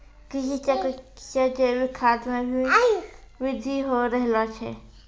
कृषि चक्र से जैविक खाद मे भी बृद्धि हो रहलो छै